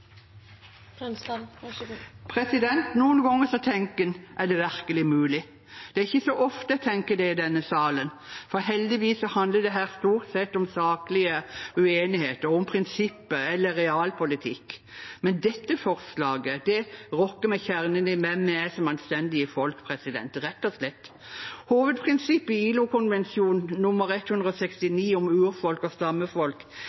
det virkelig mulig? Det er ikke så ofte jeg tenker det i denne salen, for heldigvis handler det her stort sett om saklige uenigheter, om prinsipper eller realpolitikk. Men dette forslaget rokker ved kjernen i hvem vi er som anstendige folk, rett og slett. Hovedprinsippet i ILO-konvensjon nr. 169, om urfolk og